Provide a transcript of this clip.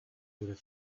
whether